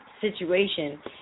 situation